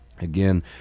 Again